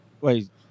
Wait